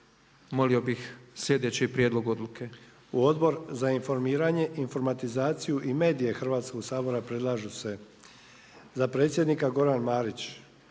Molio bih sljedeći prijedlog odluke. **Sanader, Ante (HDZ)** U Odbor za informiranje, informatizaciju i medije Hrvatskoga sabora predlažu se za predsjednika Goran Marić,